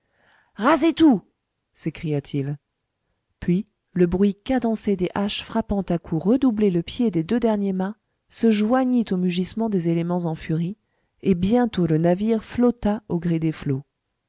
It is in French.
rasez tout s'écria-t-il puis le bruit cadencé des haches frappant à coups redoublés le pied des deux derniers mâts se joignit aux mugissements des éléments en furie et bientôt le navire flotta au gré des flots